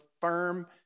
firm